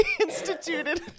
instituted